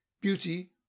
Beauty